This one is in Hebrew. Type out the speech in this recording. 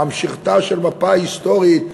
ממשיכתה של מפא"י ההיסטורית,